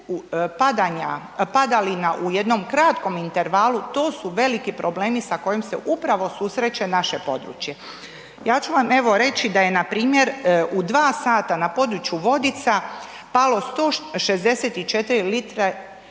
padalina u jednom kratkom intervalu, to su veliki problemi sa kojim se upravo susreće naše područje. Ja ću vam, evo, reći da je npr. u 2 h na području Vodica palo 164 litre